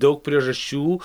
daug priežasčių